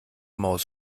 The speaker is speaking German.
maus